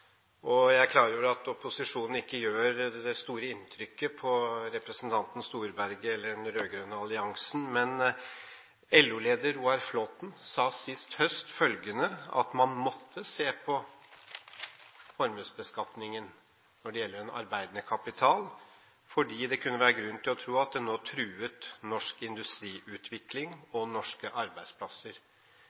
kapital. Jeg er klar over at opposisjonen ikke gjør det store inntrykket på representanten Storberget eller på den rød-grønne alliansen, men LO-leder Roar Flåthen sa sist høst at man måtte se på formuesbeskatningen når det gjelder den arbeidende kapital, fordi det kunne være grunn til å tro at den nå truet norsk industriutvikling og norske arbeidsplasser.